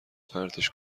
پرتش